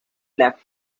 left